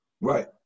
Right